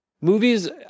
movies